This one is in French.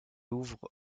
ouvre